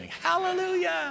Hallelujah